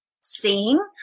seeing